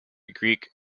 greek